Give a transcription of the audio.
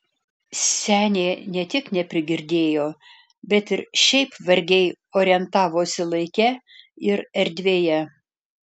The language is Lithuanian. senė ne tik neprigirdėjo bet ir šiaip vargiai orientavosi laike ir erdvėje